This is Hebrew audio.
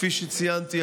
כפי שציינתי,